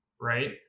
Right